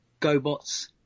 GoBots